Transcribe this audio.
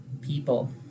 people